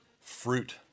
fruit